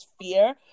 fear